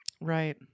Right